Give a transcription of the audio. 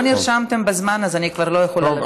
לא נרשמתם בזמן, אז אני כבר לא יכולה לתת.